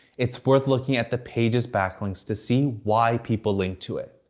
it's worth looking at the page's backlinks to see why people linked to it.